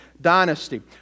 dynasty